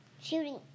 Shooting